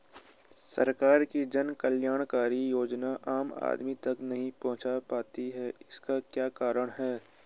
सरकार की जन कल्याणकारी योजनाएँ आम आदमी तक नहीं पहुंच पाती हैं इसका क्या कारण है?